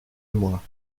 moi